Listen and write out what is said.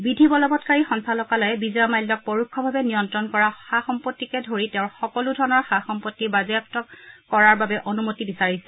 বিধি বলবৎকাৰী সঞ্চালকালয়ে বিজয় মাল্যই পৰোক্ষভাৱে নিয়ন্ত্ৰণ কৰা সা সম্পত্তিকে ধৰি তেওঁৰ সকলো ধৰণৰ সা সম্পত্তি বাজেয়াপ্ত পৰাৰ বাবে অনূমতি বিচাৰিছে